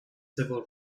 civil